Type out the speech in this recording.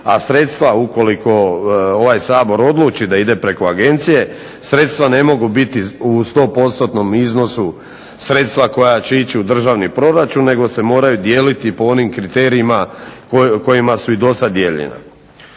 a sredstva ukoliko ovaj Sabor odluči da ide preko Agencije sredstva ne mogu biti u 100% iznosu sredstva koja idu u državni proračun nego se moraju dijeliti po onim kriterijima kojima su i do sada dijeljena.